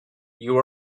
you